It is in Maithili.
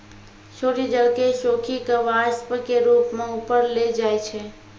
सूर्य जल क सोखी कॅ वाष्प के रूप म ऊपर ले जाय छै